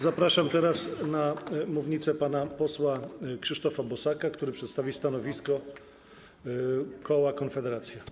Zapraszam teraz na mównicę pana posła Krzysztofa Bosaka, który przedstawi stanowisko koła Konfederacja.